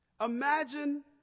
Imagine